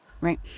Right